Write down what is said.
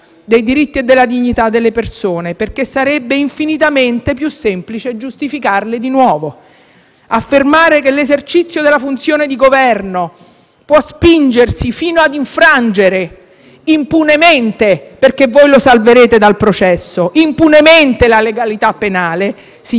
Affermare che l'esercizio della funzione di Governo può spingersi fino ad infrangere impunemente - perché voi lo salverete dal processo - la legalità penale significa rinnegare secoli di costituzionalismo; significa colpire a morte la nostra Carta repubblicana.